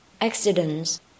accidents